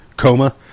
coma